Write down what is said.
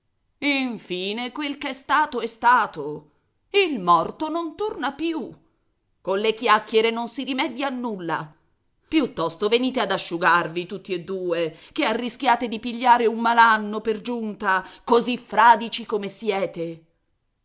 calmarli infine quel ch'è stato è stato il morto non torna più colle chiacchiere non si rimedia a nulla piuttosto venite ad asciugarvi tutti e due che arrischiate di pigliare un malanno per giunta così fradici come siete